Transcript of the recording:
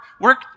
work